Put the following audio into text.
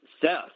Seth